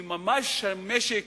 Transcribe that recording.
שהמשק,